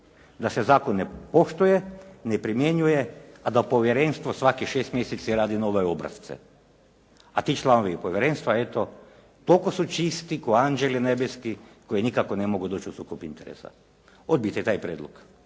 da se zakon ne poštuje, ne primjenjuje, a da povjerenstvo svakih šest mjeseci radi nove obrasce. A ti članovi povjerenstva eto toliko su čisti k'o anđeli nebeski koji nikako ne mogu doći u sukob interesa. Odbijte taj prijedlog.